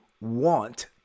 want